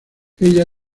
ella